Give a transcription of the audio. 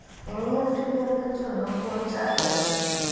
NEFT লেনদেনের জন্য কোন চার্জ আছে?